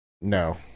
No